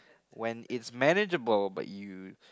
when it's manageable but you